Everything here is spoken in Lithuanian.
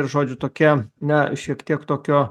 ir žodžiu tokia na šiek tiek tokio